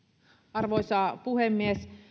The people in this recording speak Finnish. arvoisa puhemies